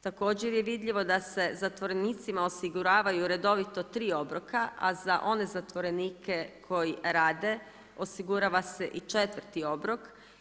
Također je vidljivo da se zatvorenicima osiguravaju redovito tri obroka a za one zatvorenike koji rade osigurava se i četvrti obrok.